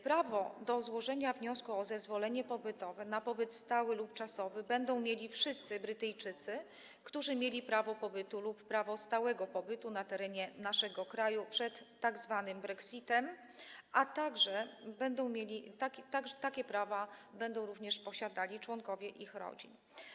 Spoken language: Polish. Prawo do złożenia wniosku o zezwolenie pobytowe na pobyt stały lub czasowy będą mieli wszyscy Brytyjczycy, którzy mieli prawo pobytu lub prawo stałego pobytu na terenie naszego kraju przed tzw. brexitem, a także będą mieli takie prawo członkowie ich rodzin.